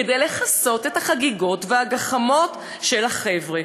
כדי לכסות את החגיגות והגחמות של החבר'ה.